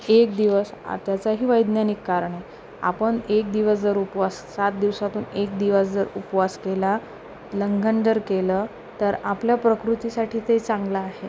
एक दिवस आणि त्याचंही वैज्ञानिक कारण आहे आपण एक दिवस जर उपवास सात दिवसातून एक दिवस जर उपवास केला लंघन जर केलं तर आपल्या प्रकृतीसाठी ते चांगलं आहे